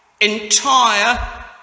entire